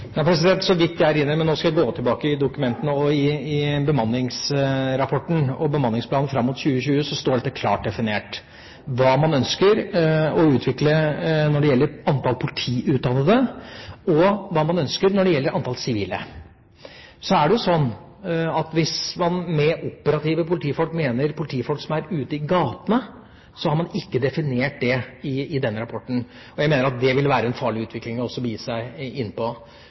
Så vidt jeg erindrer – men nå skal jeg gå tilbake i dokumentene – står det klart definert i bemanningsrapporten og bemanningsplanen fram mot 2020 hva man ønsker å utvikle når det gjelder antall politiutdannede, og hva man ønsker når det gjelder antall sivile. Så er det jo sånn at hvis man med «operativt politi» mener politifolk som er ute i gatene, har man ikke definert det i den rapporten, og jeg mener at det ville være en farlig utvikling å begi seg inn på.